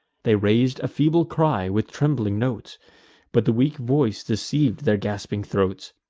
they rais'd a feeble cry, with trembling notes but the weak voice deceiv'd their gasping throats.